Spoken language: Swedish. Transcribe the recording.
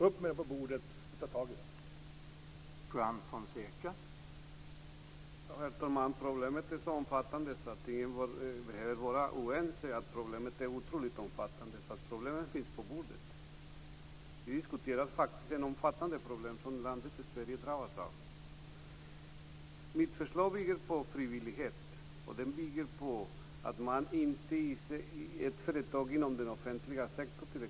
Upp med dem på bordet, och ta tag i dem!